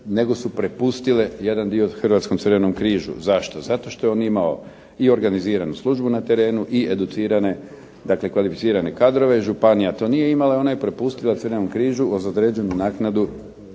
nego su prepustile jedan dio Hrvatskom crvenom križu. Zašto? Zato što je on imao i organiziranu službu na terenu i educirane odnosno kvalificirane kadrove, županija to nije imala i ona je prepustila Crvenom križu uz određenu naknadu